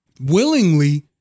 willingly